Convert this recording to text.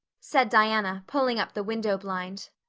said diana, pulling up the window blind.